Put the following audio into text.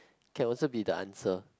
can also be the answer